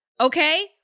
okay